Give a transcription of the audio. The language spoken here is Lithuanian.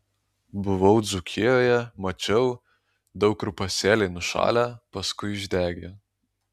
buvau dzūkijoje mačiau daug kur pasėliai nušalę paskui išdegę